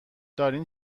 دارین